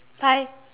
bye